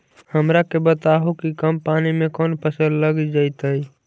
हमरा के बताहु कि कम पानी में कौन फसल लग जैतइ?